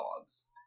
dogs